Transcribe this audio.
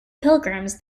pilgrims